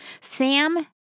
Sam